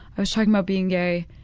i was talking about being gay.